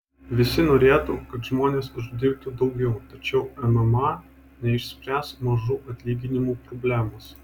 visi norėtų kad žmonės uždirbtų daugiau tačiau mma neišspręs mažų atlyginimų problemos